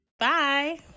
Bye